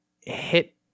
hit